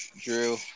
Drew